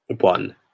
one